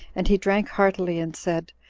and he drank heartily, and said,